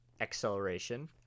acceleration